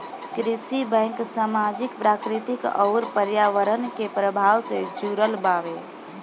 कृषि बैंक सामाजिक, प्राकृतिक अउर पर्यावरण के प्रभाव से जुड़ल बावे